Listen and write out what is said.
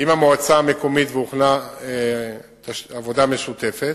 והוכנה עבודה משותפת.